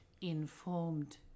informed